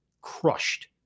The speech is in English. crushed